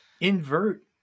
invert